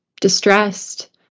distressed